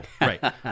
Right